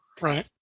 Right